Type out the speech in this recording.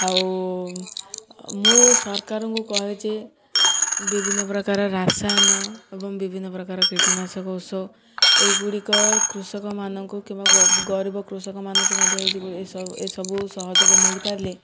ଆଉ ମୁଁ ସରକାରଙ୍କୁ କୁହେ ଯେ ବିଭିନ୍ନ ପ୍ରକାର ରାସାୟନ ଏବଂ ବିଭିନ୍ନ ପ୍ରକାର କୀଟନାଶକ ଔଷଧ ଏଗୁଡ଼ିକ କୃଷକମାନଙ୍କୁ କିମ୍ବା ଗରିବ କୃଷକମାନଙ୍କୁ ମଧ୍ୟ ଏଇ ଏସବୁ ସହଯୋଗ ମିଳିପାରିଲେ